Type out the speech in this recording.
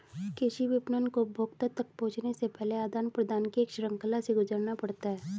कृषि विपणन को उपभोक्ता तक पहुँचने से पहले आदान प्रदान की एक श्रृंखला से गुजरना पड़ता है